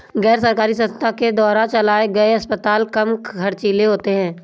गैर सरकारी संस्थान के द्वारा चलाये गए अस्पताल कम ख़र्चीले होते हैं